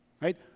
Right